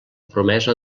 promesa